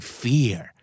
fear